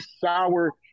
sour